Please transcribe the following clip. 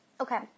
Okay